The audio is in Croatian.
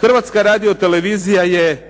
Hrvatska radiotelevizija je